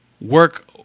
work